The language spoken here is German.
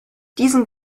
diesen